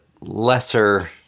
lesser